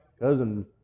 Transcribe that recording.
Cousin